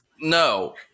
No